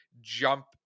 jump